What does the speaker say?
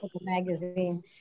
magazine